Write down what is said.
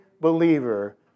believer